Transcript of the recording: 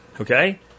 Okay